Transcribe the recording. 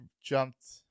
jumped